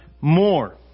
more